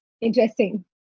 Interesting